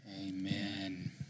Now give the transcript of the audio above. Amen